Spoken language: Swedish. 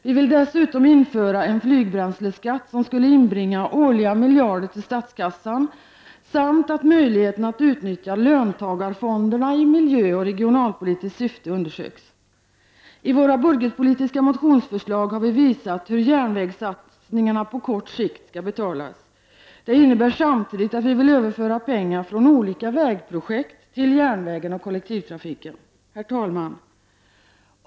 Vi vill dessutom införa en flygbränsleskatt som skulle inbringa årliga miljarder till statskassan samt att möjligheten att utnyttja löntagarfonderna i miljöoch regionalpolitiskt syfte undersöks. I våra budgetpolitiska motionsförslag har vi visat hur järnvägssatsningarna på kort sikt skall betalas. Det innebär samtidigt att vi vill överföra pengar från olika vägprojekt till järnvägen och kollektivtrafiken. Herr talman!